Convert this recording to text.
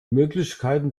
möglichkeiten